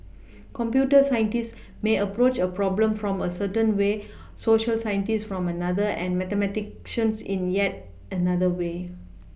computer scientists may approach a problem from a certain way Social scientists from another and mathematicians in yet another way